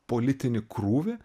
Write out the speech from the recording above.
politinį krūvį